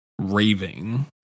raving